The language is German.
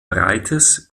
breites